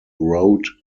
road